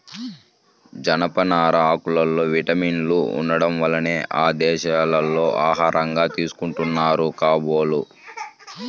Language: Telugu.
జనపనార ఆకుల్లో విటమిన్లు ఉండటం వల్లనే ఆ దేశాల్లో ఆహారంగా తీసుకుంటున్నారు కాబోలు